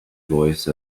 voice